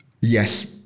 yes